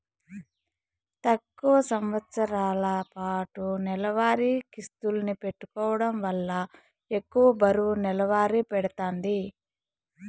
తక్కువ సంవస్తరాలపాటు నెలవారీ కిస్తుల్ని పెట్టుకోవడం వల్ల ఎక్కువ బరువు నెలవారీ పడతాంది